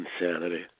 insanity